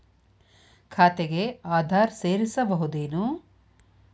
ಖಾತೆಗೆ ಆಧಾರ್ ಸೇರಿಸಬಹುದೇನೂ?